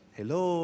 Hello